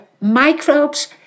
microbes